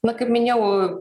na kaip minėjau